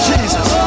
Jesus